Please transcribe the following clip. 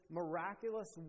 miraculous